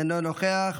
אינו נוכח.